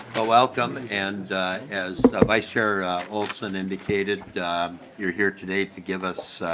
welcome and as vice chair olson indicated you are here today to give us